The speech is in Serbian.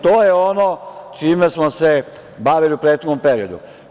To je ono čime smo se bavili u prethodnom periodu.